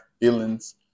feelings